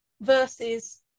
versus